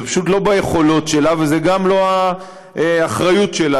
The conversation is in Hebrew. זה פשוט לא ביכולות שלה, וזה גם לא האחריות שלה.